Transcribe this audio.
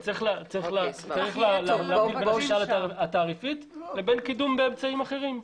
אבל צריך להבדיל בין שאלה של תעריף לבין קידום באמצעים אחרים.